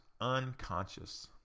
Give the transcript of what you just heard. unconscious